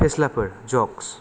फेस्लाफोर jokes